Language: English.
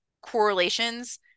correlations